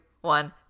one